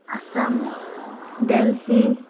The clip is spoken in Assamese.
আছাম দেলহি